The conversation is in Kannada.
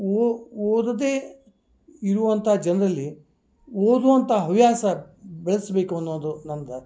ಓ ಓದದೆ ಇರುವಂಥ ಜನರಲ್ಲಿ ಓದುವಂಥ ಹವ್ಯಾಸ ಬೆಳೆಸ್ಬೇಕು ಅನ್ನೋದು ನಂದು